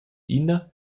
ina